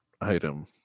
item